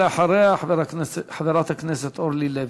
אחריה, חברת הכנסת אורלי לוי.